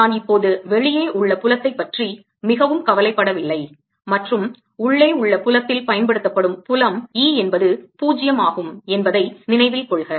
நான் இப்போது வெளியே உள்ள புலத்தைப் பற்றி மிகவும் கவலைப் படவில்லை மற்றும் உள்ளே உள்ள புலத்தில் பயன்படுத்தப்படும் புலம் E என்பது 0 ஆகும் என்பதை நினைவில் கொள்க